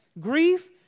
Grief